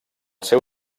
seu